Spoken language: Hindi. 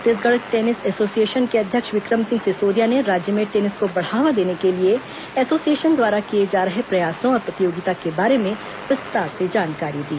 छत्तीसगढ़ टेनिस एसोसिएशन के अध्यक्ष विक्रम सिंह सिसोदिया ने राज्य में टेनिस को बढ़ावा देने के लिए एसोसिएशन द्वारा किए जा रहे प्रयासों और प्रतियोगिता के बारे में विस्तार से जानकारी दी